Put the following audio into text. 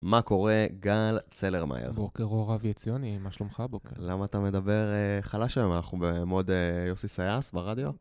- מה קורה, גל צלרמייר? - בוקר אור, אבי עציוני, מה שלומך הבוקר? למ- ה אתה מדבר חלש היום? אנחנו במוד יוסי סייאס ברדיו?